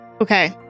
okay